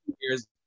years